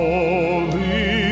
Holy